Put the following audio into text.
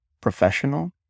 professional